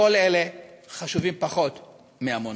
כל אלה חשובים פחות מעמונה.